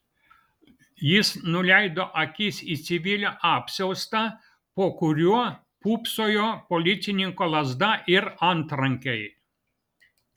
jis nuleido akis į civilio apsiaustą po kuriuo pūpsojo policininko lazda ir antrankiai